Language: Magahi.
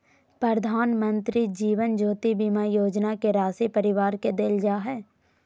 प्रधानमंत्री जीवन ज्योति बीमा योजना के राशी परिवार के देल जा हइ